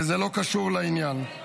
וזה לא קשור לעניין.